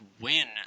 win